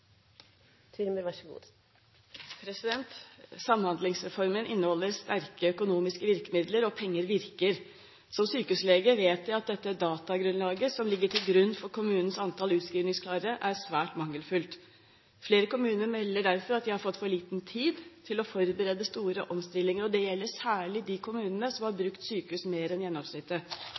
penger virker. Som sykehuslege vet jeg at det datagrunnlaget som ligger til grunn for kommunenes antall utskrivningsklare, er svært mangelfullt. Flere kommuner melder derfor at de har fått for liten tid til å forberede store omstillinger, og det gjelder særlig de kommunene som har brukt sykehus mer enn gjennomsnittet.